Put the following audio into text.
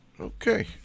okay